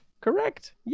correct